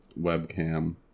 webcam